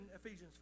Ephesians